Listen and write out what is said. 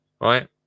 right